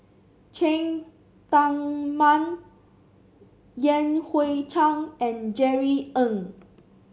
Cheng Tsang Man Yan Hui Chang and Jerry Ng